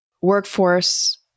workforce